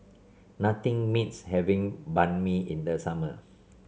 nothing beats having Banh Mi in the summer